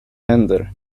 händer